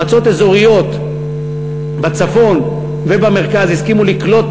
מועצות אזוריות בצפון ובמרכז הסכימו לקלוט